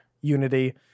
unity